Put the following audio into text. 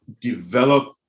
develop